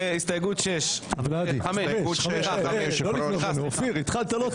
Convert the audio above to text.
הסתייגות 6. הסתייגות 5. אופיר, התחלת לא טוב.